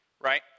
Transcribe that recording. Right